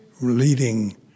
leading